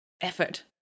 effort